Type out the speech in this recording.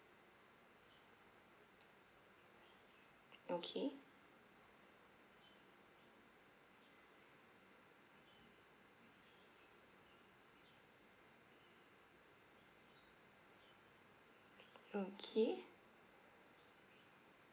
okay okay